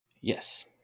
Yes